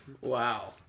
Wow